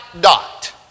dot